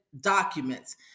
documents